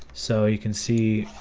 so you can see,